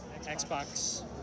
Xbox